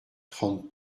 trente